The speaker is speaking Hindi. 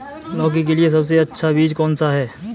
लौकी के लिए सबसे अच्छा बीज कौन सा है?